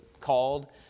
called